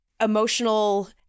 emotional